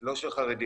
לא של חרדים,